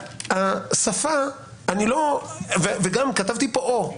גם כתבתי פה: או.